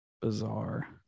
bizarre